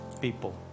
people